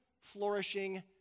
flourishing